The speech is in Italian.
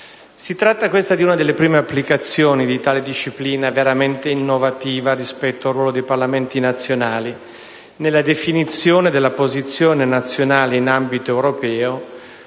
Si tratta di una delle prime applicazioni di tale disciplina veramente innovativa rispetto al ruolo dei Parlamenti nazionali nella definizione della posizione nazionale in ambito europeo;